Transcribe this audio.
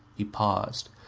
he paused.